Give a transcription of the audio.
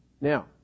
now